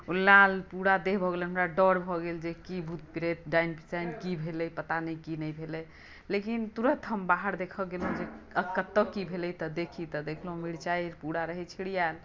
ओ लाल पुरा देह भऽ गेलनि हमरा डर भऽ गेल जी की भुत प्रेत डाइन ताइन की भेलै पता नहि की भेलै लेकिन तुरत हम बाहर गेलहुँ जे कतऽ की भेलै देखै छी तऽ मिरचाइ पुरा रहै छिड़ियाएल